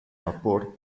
vapor